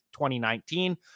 2019